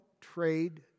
trade